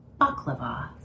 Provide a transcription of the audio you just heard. baklava